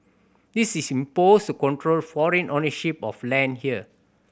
this is imposed to control foreign ownership of land here